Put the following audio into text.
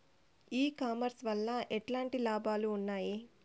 ఈ కామర్స్ వల్ల ఎట్లాంటి లాభాలు ఉన్నాయి?